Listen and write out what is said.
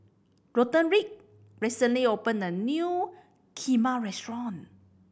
Roderick recently opened a new Kheema restaurant